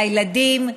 לילדים,